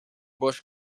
busch